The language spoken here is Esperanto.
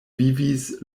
vivis